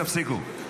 תפסיקו.